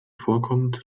vorkommt